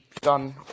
done